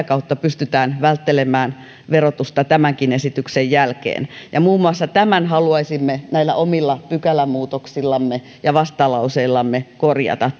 kautta pystytään välttelemään verotusta tämänkin esityksen jälkeen muun muassa tämän asiantilan haluaisimme näillä omilla pykälämuutoksillamme ja vastalauseillamme korjata